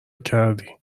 کردی